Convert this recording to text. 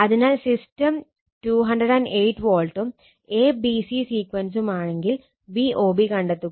അതിനാൽ സിസ്റ്റം 208 വോൾട്ടും a b c സീക്വൻസും ആണെങ്കിൽ VOB കണ്ടെത്തുക